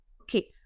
Okay